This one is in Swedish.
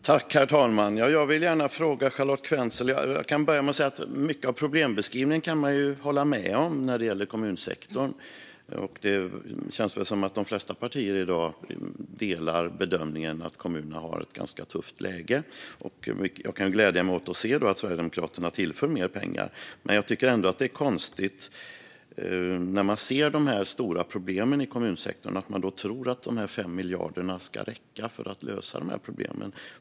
Herr talman! Jag kan hålla med om mycket av problembeskrivningen när det gäller kommunsektorn. Det känns väl som att de flesta partier i dag delar bedömningen att kommunerna har ett ganska tufft läge. Därför gläder det mig att se att Sverigedemokraterna tillför mer pengar. Dock är det konstigt att man, när man ser de stora problemen i kommunsektorn, tror att dessa 5 miljarder ska räcka för att lösa problemen.